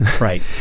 right